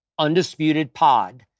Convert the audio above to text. UndisputedPod